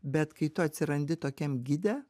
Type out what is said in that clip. bet kai tu atsirandi tokiam gide